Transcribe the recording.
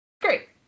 Great